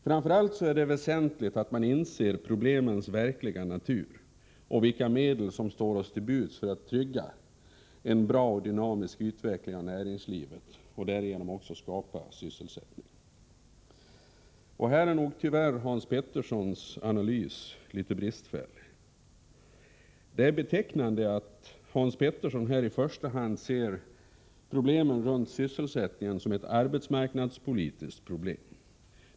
Framför allt är det väsentligt att man inser problemens verkliga natur och vilka medel som står oss till buds för att trygga en bra och dynamisk utveckling i näringslivet och därigenom också skapa ny sysselsättning. Här är tyvärr Hans Peterssons analys litet bristfällig. Det är betecknande att Hans Petersson ser sysselsättningen i första hand som ett arbetsmarknadspolitiskt problem.